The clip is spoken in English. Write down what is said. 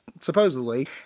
supposedly